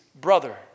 brother